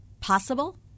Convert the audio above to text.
possible